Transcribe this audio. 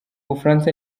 bufaransa